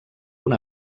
una